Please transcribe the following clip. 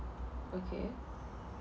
okay